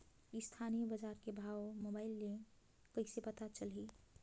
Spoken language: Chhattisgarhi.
स्थानीय बजार के भाव मोबाइल मे कइसे पता चलही?